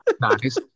Nice